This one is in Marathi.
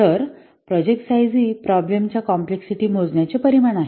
तर प्रोजेक्ट साइज ही प्रोब्लेमच्या कॉम्प्लेक्सिटी मोजण्याचे परिमाण आहे